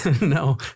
No